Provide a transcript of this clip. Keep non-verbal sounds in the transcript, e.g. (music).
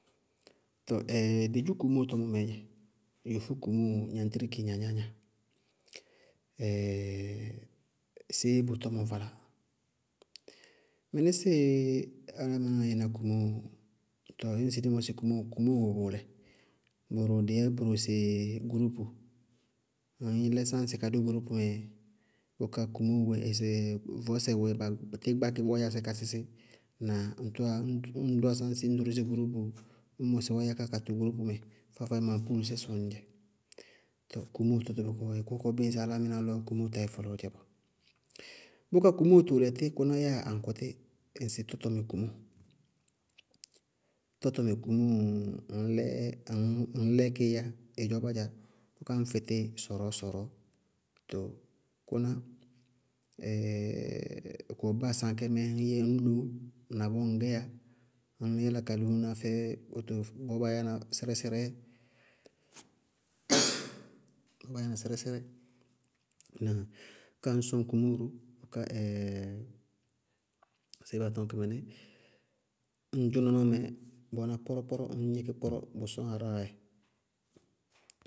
Tɔɔ (hesitation) dɩ dzʋ komóo tɔmɔ mɛɛ, yofó kʋmʋ gnaatríki gnaa gnáá gnaa. (hesitation) séé bʋ tɔmɔ valáa? Mɩnísíɩ álámɩnáá yaná kumóo, ñŋsɩ dí mɔsɩ kumóo, kumóo wɛ bʋʋlɛ: bʋrʋ wɛ, dɩí yá bʋrʋ sɩ gurúpu, ŋñ lilɛ sáñsɩ ka dʋ gurúpu mɛ bʋká kumóo wɛ, vɔɔsɛ wɛ ɩ tíɩ gbákɩ wáyasɛ sí ka sísí, na ŋ dʋwá ñ dʋwá sáñsɩ ññ dorósi gurúpu, ññ mɔsɩ wáya ká ka tʋ gurúpu mɛ, faá- faádzémɔ ampúulisɛ sɔñŋñ dzɛ. Tɔɔ kumóo tʋtʋbíbɔɔ dzɛ kʋ kɔɔ bíɩ ŋsɩ álámɩná lɔ kumóo tá ɩ fɔlɔɔ dzɛ bɔɔ. Kʋká komóo tʋʋlɛ tí kʋná aŋkʋtí? Ŋsɩ tɔtɔmɛ kumóo, tɔtɔmɛ kumóo, ŋñ lɛkɩíyá ɩdzɔbá, bʋká ŋñ fɩtí sɔrɔɔ-sɔrɔɔ to kʋná, (hesitation) kʋwɛ báa sáa aŋkɛ mɛɛ yá ñyɛ ŋñ loó na bɔɔ ŋŋgɛyá, ŋñ yála ka loóna fɛ wóto, bɔɔ baa yáana sɛrɛsɛrɛ, (noise) bɔɔ baa yáa na sɛrɛsɛrɛ, ŋña bʋká ŋñ sɔñ kumóo ró. Bʋká (hesitation) sɩbéé baá tɔñ kɩ mɩní? Ñŋ ŋdzʋ nɔnɔɔ mɛ kpɔrɔ- kpɔrɔsɛ ñŋ gníkɩ kpɔrɔ, bʋ sɔñŋ ara dzɛ.